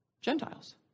Gentiles